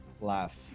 laugh